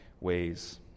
ways